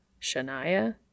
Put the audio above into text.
Shania